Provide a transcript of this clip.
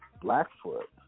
Blackfoot